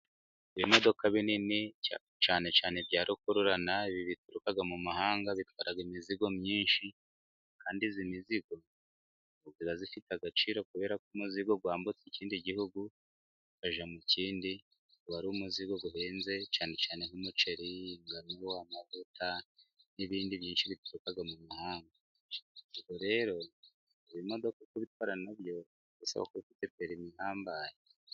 Ibimodoka binini cyane cyane bya rukururana，ibi bituruka mu mahanga bitwara imizigo myinshi，kandi iyi mizigo iba ifite agaciro， kubera ko umuzigo wambutse ikindi gihugu，ukajya mu kindi， uba ari umuzigo uhenze，cyane cyane nk'umuceri，amavuta n'ibindi byinshi bituruka mu mahanga. Ubwo rero ibi bimodoka kubitwara nabyo bisaba kuba ufite perime ihambaye.